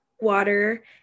water